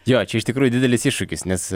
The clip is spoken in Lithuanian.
jo čia iš tikrųjų didelis iššūkis nes